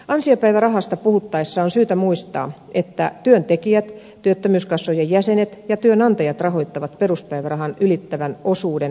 ansiopäivärahasta puhuttaessa on syytä muistaa että työntekijät työttömyyskassojen jäsenet ja työnantajat rahoittavat peruspäivärahan ylittävän osuuden ansiopäivärahasta